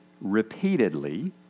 repeatedly